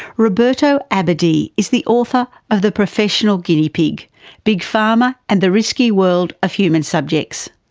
roberto abadie is the author of the professional guinea pig big pharma and the risky world of human subjects.